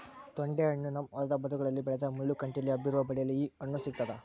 ತೊಂಡೆಹಣ್ಣು ನಮ್ಮ ಹೊಲದ ಬದುಗಳಲ್ಲಿ ಬೆಳೆದ ಮುಳ್ಳು ಕಂಟಿಯಲ್ಲಿ ಹಬ್ಬಿರುವ ಬಳ್ಳಿಯಲ್ಲಿ ಈ ಹಣ್ಣು ಸಿಗ್ತಾದ